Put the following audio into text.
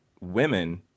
women